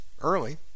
early